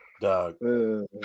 Dog